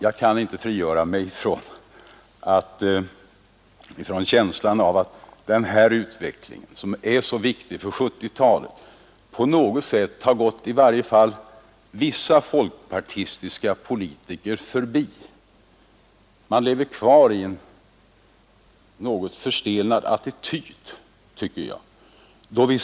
Jag kan inte frigöra mig från känslan av att denna utveckling, som är så viktig för 1970-talet, på något sätt gått i varje fall vissa folkpartistiska politiker förbi; man lever kvar i en något förstenad attityd.